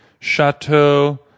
Chateau